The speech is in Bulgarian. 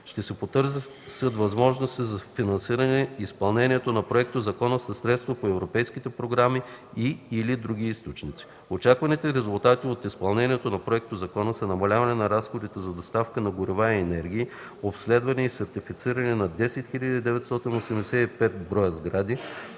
Ще се потърсят възможности за финансиране на изпълнението му със средства по европейските програми и/или други източници. Очакваните резултати от изпълнението на законопроекта са: намаляване на разходите за доставка на горива и енергия; обследване и сертифициране на 10 985 броя сгради;